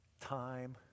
Time